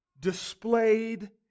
displayed